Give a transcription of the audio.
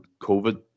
COVID